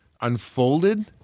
unfolded